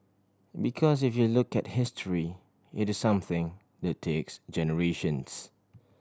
because if you look at history it is something that takes generations